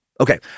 Okay